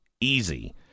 easy